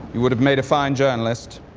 you would've made a fine journalist.